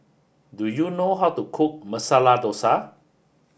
do you know how to cook Masala Dosa